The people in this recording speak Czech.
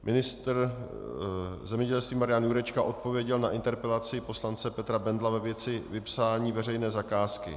Ministr zemědělství Marian Jurečka odpověděl na interpelaci poslance Petra Bendla ve věci vypsání veřejné zakázky.